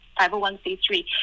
501c3